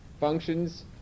functions